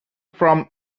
from